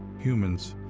humans